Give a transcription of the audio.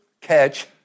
catch